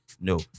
no